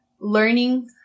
learning